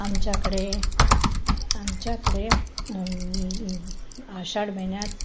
आमच्याकडे आमच्याकडे आषाढ महिन्यात